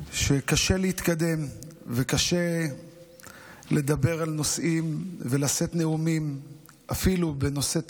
שקשה להתקדם וקשה לדבר על נושאים ולשאת נאומים אפילו בנושא תקציב,